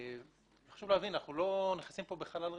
אנחנו לא נכנסים פה בחלל ריק.